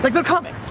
like, they're coming,